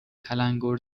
تلنگور